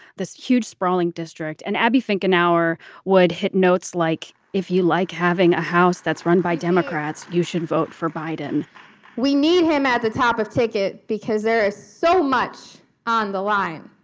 this huge sprawling district and abby think an hour would hit notes like if you like having a house that's run by democrats. you should vote for biden we need him at the top of ticket because there is so much on the line.